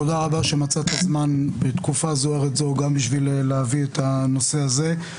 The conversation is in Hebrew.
תודה שמצאת זמן בתקופה סוערת זו גם בשביל להביא את הנושא הזה.